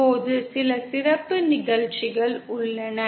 இப்போது சில சிறப்பு நிகழ்ச்சிகள் உள்ளன